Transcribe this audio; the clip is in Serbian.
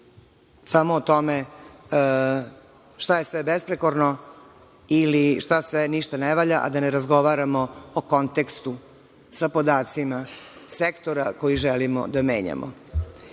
samo o tome šta je sve besprekorno ili šta sve ništa ne valja, a da ne razgovaramo o kontekstu sa podacima sektora koji želimo da